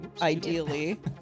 ideally